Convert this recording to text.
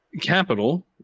capital